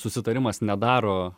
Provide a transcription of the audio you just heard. susitarimas nedaro